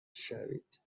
شوید